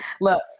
Look